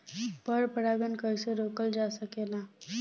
पर परागन कइसे रोकल जा सकेला?